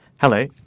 Hello